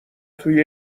توی